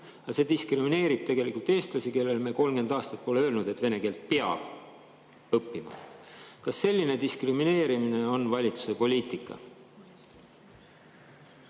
see diskrimineerib eestlasi, kellele me 30 aastat pole öelnud, et vene keelt peab õppima. Kas selline diskrimineerimine on valitsuse poliitika?